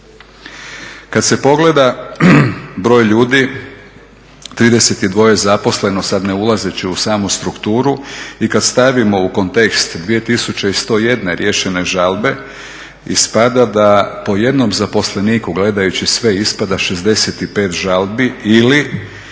Kada se pogleda broj ljudi 32 zaposleno, sada ne ulazeći u samu strukturu i kada stavimo u kontekst 2101 riješene žalbe ispada da po jednom zaposleniku gledajući sve ispada 65 žalbi ili